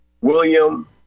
William